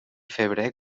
febrer